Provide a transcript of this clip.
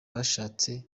bashatse